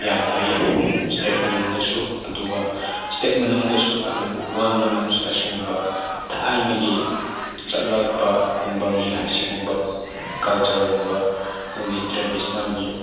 ꯌꯥꯝ ꯐꯩ ꯏꯁꯇꯦꯠ ꯃꯅꯨꯡꯗꯁꯨ ꯑꯗꯨꯒ ꯏꯁꯇꯦꯠ ꯃꯅꯨꯡꯗꯁꯨ ꯑꯗꯨꯒ ꯋꯥꯔꯜ ꯃꯅꯨꯡꯗꯁꯨ ꯑꯁꯨꯒꯨꯝꯕ ꯊꯥꯏꯅꯒꯤ ꯆꯠꯂꯛꯄꯒꯨꯝꯕꯒꯤ ꯑꯁꯤꯒꯨꯝꯕ ꯀꯜꯆꯔꯒꯨꯝꯕ ꯃꯣꯏꯒꯤ ꯇ꯭ꯔꯦꯗꯤꯁꯟꯅꯦꯜꯒꯤ